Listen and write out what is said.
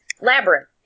labyrinth